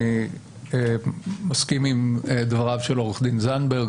אני מסכים עם דבריו של עו"ד זנדברג,